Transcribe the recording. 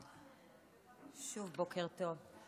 שוב בוקר טוב.